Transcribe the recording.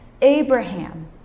Abraham